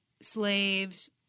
slaves